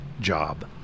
job